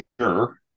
sure